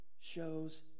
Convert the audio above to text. shows